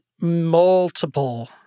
multiple